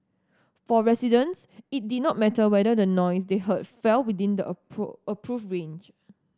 for residents it did not matter whether the noise they heard fell within the approve approved range